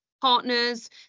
partners